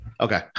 Okay